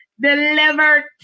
Delivered